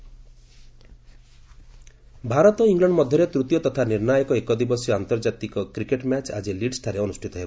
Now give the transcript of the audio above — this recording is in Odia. କ୍ରିକେଟ୍ ଭାରତ ଇଂଲଣ୍ଡ ମଧ୍ୟରେ ତୂତୀୟ ତଥା ନିର୍ଣ୍ଣାୟକ ଏକଦିବସୀୟ ଆନ୍ତର୍କାତିକ କ୍ରିକେଟ୍ ମ୍ୟାଚ୍ ଆଜି ଲିଡ୍ସ୍ଠାରେ ଅନୁଷ୍ଠିତ ହେବ